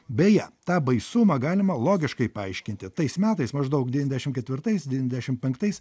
beje tą baisumą galima logiškai paaiškinti tais metais maždaug devyniasdešimt ketvirtais devyniasdešimt penktais